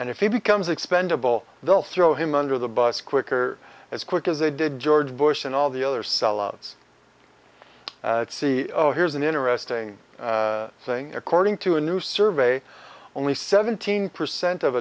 and if he becomes expendable they'll throw him under the bus quicker as quick as they did george bush and all the other sellouts see here's an interesting thing according to a new survey only seventeen percent of